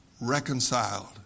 reconciled